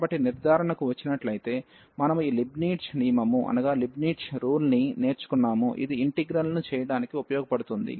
కాబట్టి నిర్ధారణకు వచ్చినట్లైతే మనము ఈ లీబ్నిట్జ్ నియమము ని నేర్చుకున్నాము ఇది ఇంటిగ్రల్ను చేయడానికి ఉపయోగపడుతుంది